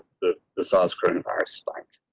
the the sauce creating our spike.